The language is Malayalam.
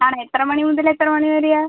ആണോ എത്ര മണി മുതൽ എത്ര മണി വരെയാണ്